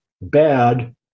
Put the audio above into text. bad